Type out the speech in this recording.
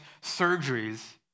surgeries